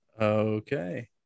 Okay